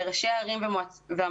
לראשי הערים והמועצות,